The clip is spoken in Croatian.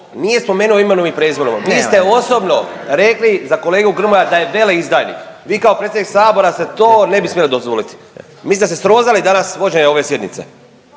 nije spomenuo imenom i prezimenom. Vi ste osobno rekli za kolegu Grmoju da je veleizdajnik. Vi kao predsjednik Sabora si to ne kao predsjednik Sabora si to ne bi smjeli dozvoliti. Mislim da ste srozali danas vođenje ove sjednice